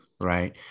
right